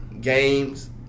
games